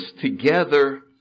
together